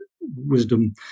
wisdom